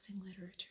Literature